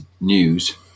news